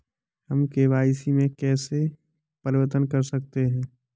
हम के.वाई.सी में कैसे परिवर्तन कर सकते हैं?